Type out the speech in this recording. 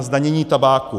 Zdanění tabáku.